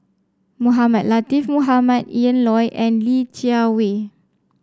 Mohamed Latiff Mohamed Ian Loy and Li Jiawei